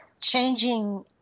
changing